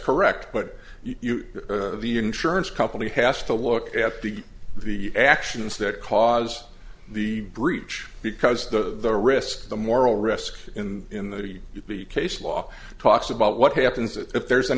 correct but the insurance company has to look at the the actions that cause the breach because the risk the moral risk in the case law talks about what happens if there's an